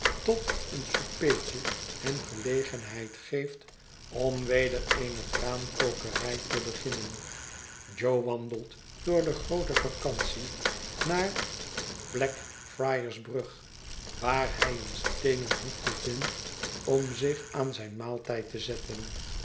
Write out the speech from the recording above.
tot een souper tje hem gelegenheid geeft om weder eene traankokerij te beginnen jo wandelt door de groote vacantie naar blackfriarsbrug waar hij een steenen hoekje vindt om zich aan zijn maaltijd te zetten